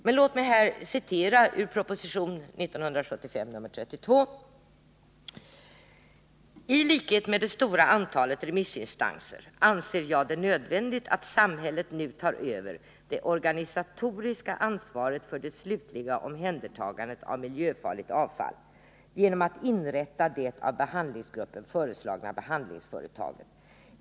Men låt mig här citera ur propositionen 1975:32: ”Tlikhet med det stora flertalet remissinstanser anser jag det nödvändigt att samhället nu tar över det organisatoriska ansvaret för det slutliga omhändertagandet av miljöfarligt avfall genom att inrätta det av behandlingsgruppen föreslagna behandlingsföretaget.